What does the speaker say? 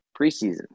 preseason